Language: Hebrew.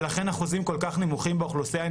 ולכן אחוזים כל כך נמוכים מהאוכלוסייה הם